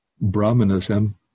Brahmanism